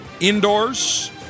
indoors